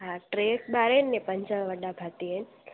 हा टे ॿार आहिनि ऐं पंज वॾा भाती आहिनि